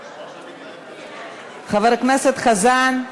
חבר הכנסת חזן.